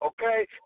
okay